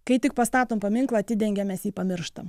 kai tik pastatom paminklą atidengiam mes jį pamirštam